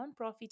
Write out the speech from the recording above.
nonprofit